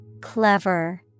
Clever